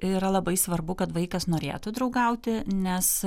yra labai svarbu kad vaikas norėtų draugauti nes